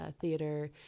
Theater